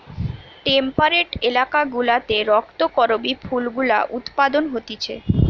temperate এলাকা গুলাতে রক্ত করবি ফুল গুলা উৎপাদন হতিছে